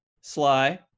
sly